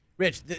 Rich